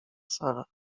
sara